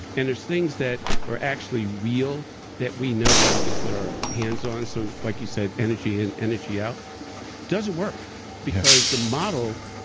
and there's things that are actually real that we know, that we can put our hands on so like you said, energy in energy out doesn't work because the model.